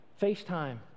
FaceTime